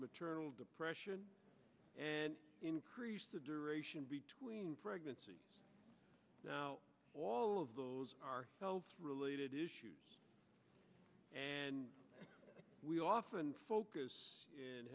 maternal depression and increase the duration between pregnancy now all of those are health related issues and we often focus in